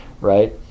Right